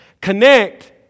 connect